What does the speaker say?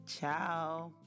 Ciao